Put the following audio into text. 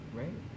right